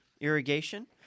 irrigation